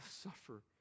suffer